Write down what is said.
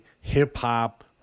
hip-hop